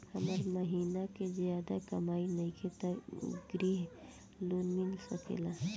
हमर महीना के ज्यादा कमाई नईखे त ग्रिहऽ लोन मिल सकेला?